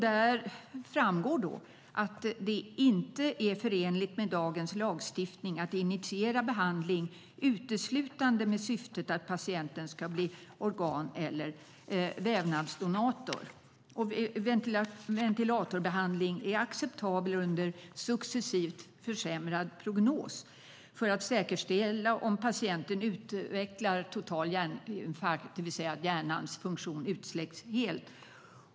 Där framgår att det inte är förenligt med dagens lagstiftning att initiera behandling uteslutande med syftet att patienten ska bli organ eller vävnadsdonator. Ventilatorbehandling är acceptabelt under successivt försämrad prognos för att säkerställa om patienten utvecklar total hjärninfarkt, det vill säga att hjärnans funktion utsläcks helt.